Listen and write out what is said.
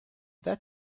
that